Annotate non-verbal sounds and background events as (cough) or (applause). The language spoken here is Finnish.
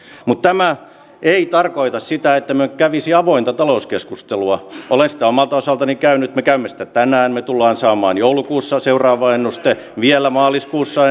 mutta tämä ei tarkoita sitä että me emme kävisi avointa talouskeskustelua olen sitä omalta osaltani käynyt me käymme sitä tänään me tulemme saamaan joulukuussa seuraavan ennusteen vielä maaliskuussa (unintelligible)